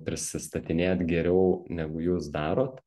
prisistatinėt geriau negu jūs darot